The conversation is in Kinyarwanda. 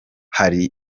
hari